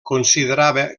considerava